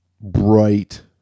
Bright